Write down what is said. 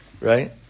right